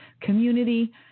community